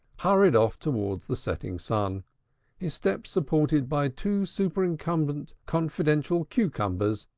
hurried off towards the setting sun his steps supported by two superincumbent confidential cucumbers,